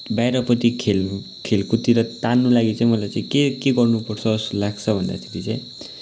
बाहिरपट्टि खेल्नु खेलकुदतिर तान्नु लागि चाहिँ मलाई चाहिँ के के गर्नुपर्छ जस्तो लाग्छ भन्दाखेरि चाहिँ